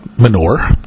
manure